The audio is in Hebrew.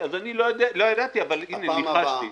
לא ידעתי, הנה, ניחשתי.